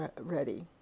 ready